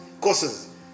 courses